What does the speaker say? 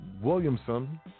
Williamson